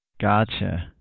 Gotcha